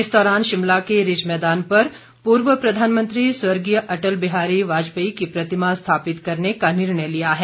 इस दौरान शिमला के रिज मैदान पर पूर्व प्रधानमंत्री स्वर्गीय अटल बिहारी वाजपेयी की प्रतिमा स्थापित करने का निर्णय लिया है